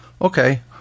Okay